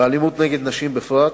ואלימות כנגד נשים בפרט,